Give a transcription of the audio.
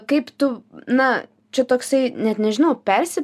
kaip tu na čia toksai net nežinau persi